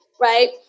Right